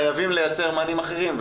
חייבים לייצר מענים אחרים.